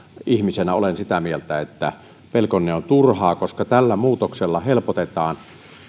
ihmisenä olen sitä mieltä että pelkonne on turhaa koska tällä muutoksella helpotetaan